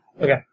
Okay